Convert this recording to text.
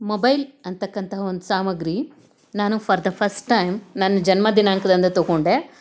mobile ಅಂತಕ್ಕಂತಹ ಒಂದು ಸಾಮಗ್ರಿ ನಾನು ಫಾರ್ ದ ಫಸ್ಟ್ ಟೈಮ್ ನನ್ನ ಜನ್ಮ ದಿನಾಂಕದಂದು ತೊಗೊಂಡೆ